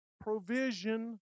provision